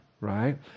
right